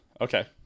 Okay